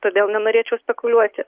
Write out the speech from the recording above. todėl nenorėčiau spekuliuoti